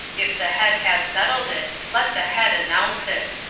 if the head has settled it let the head announce it,